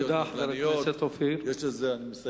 תודה, חבר הכנסת אופיר פינס-פז.